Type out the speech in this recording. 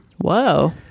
Whoa